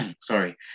sorry